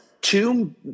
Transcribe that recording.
two